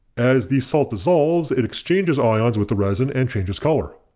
as the salt dissolves it exchanges ions with the resin and changes color.